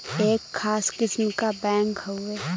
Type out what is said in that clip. एक खास किस्म क बैंक हउवे